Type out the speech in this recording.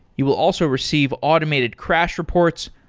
you will also receive automated crash reports,